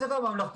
בטח.